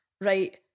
right